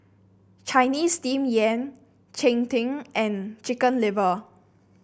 Chinese Steamed Yam Cheng Tng and Chicken Liver